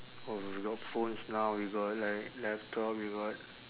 oh we got phones now we got like laptop we got